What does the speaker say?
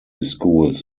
schools